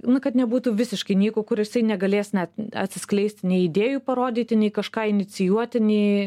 nu kad nebūtų visiškai nyku kur jisai negalės net atsiskleisti nei idėjų parodyti nei kažką inicijuoti nei